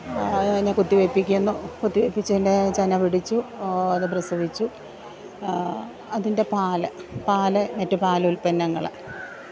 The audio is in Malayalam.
അതിനെ കുത്തിവെപ്പിക്കുന്നു കുത്തിവെപ്പിച്ചതിന്റെ ചെന പിടിച്ചു അത് പ്രസവിച്ചു അതിന്റെ പാല് പാല് മറ്റു പാലുല്പ്പന്നങ്ങൾ